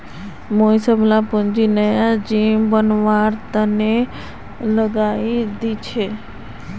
मुई सबला पूंजी नया जिम बनवार तने लगइ दील छि